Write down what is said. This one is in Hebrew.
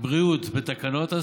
בריאות בתקנות,